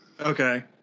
Okay